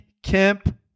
Kemp